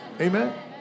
Amen